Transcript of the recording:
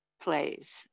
plays